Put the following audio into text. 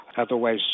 Otherwise